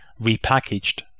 repackaged